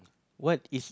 what is